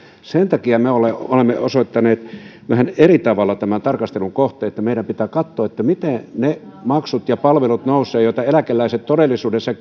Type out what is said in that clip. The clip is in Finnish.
sen takia me olemme olemme osoittaneet vähän eri tavalla tämän tarkastelun kohteen meidän pitää katsoa miten niiden palvelujen maksut nousevat joita eläkeläiset todellisuudessa